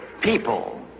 people